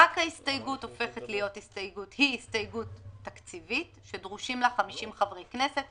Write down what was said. רק ההסתייגות הופכת להיות הסתייגות תקציבית שדרושים לה 50 חברי כנסת,